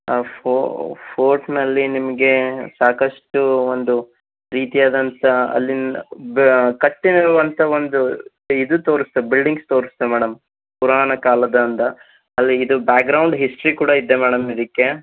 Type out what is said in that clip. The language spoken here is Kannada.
ಆ ಫೋರ್ಟ್ನಲ್ಲಿ ನಿಮಗೆ ಸಾಕಷ್ಟು ಒಂದು ರೀತಿಯಾದಂಥ ಅಲ್ಲಿನ ಕಟ್ಟಿರುವಂಥ ಒಂದು ಇದು ತೋರಸ್ತಾ ಬಿಲ್ಡಿಂಗ್ಸ್ ತೋರ್ಸ್ತೇವೆ ಮೇಡಮ್ ಪುರಾಣಕಾಲದಿಂದ ಅಲ್ಲಿ ಇದು ಬ್ಯಾಗ್ರೌಂಡ್ ಹಿಸ್ಟ್ರಿ ಕೂಡ ಇದೆ ಮೇಡಮ್ ಇದಕ್ಕೆ